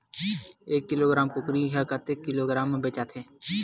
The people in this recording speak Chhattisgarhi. एक किलोग्राम कुकरी ह कतेक किलोग्राम म बेचाथे?